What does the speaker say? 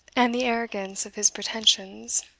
and the arrogance of his pretensions.